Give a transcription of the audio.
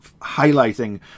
highlighting